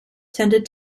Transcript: tended